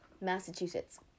Massachusetts